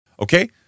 Okay